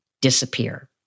disappear